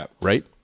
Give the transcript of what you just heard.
Right